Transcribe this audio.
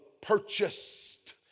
purchased